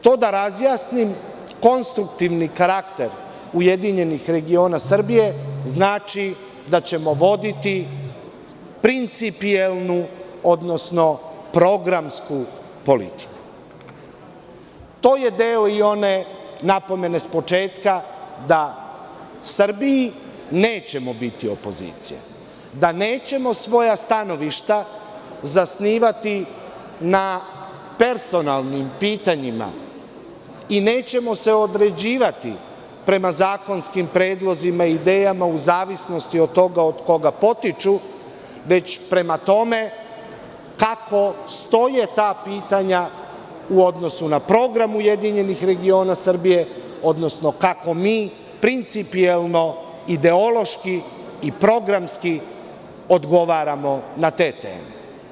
To da razjasnim, konstruktivan karakter URS znači da ćemo voditi principijelnu, odnosno programsku politiku, to je deo i one napomene s početka da Srbiji nećemo biti opozicija, da nećemo svoja stanovišta zasnivati na personalnim pitanjima i nećemo se određivati prema zakonskim predlozima i idejama u zavisnosti od toga od čega potiču, već prema tome kako stoje ta pitanja u odnosu na program URS, kako mi principijelno, ideološki i programski odgovaramo na te teme.